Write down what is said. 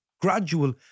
gradual